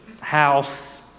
house